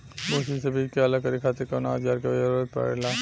भूसी से बीज के अलग करे खातिर कउना औजार क जरूरत पड़ेला?